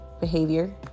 behavior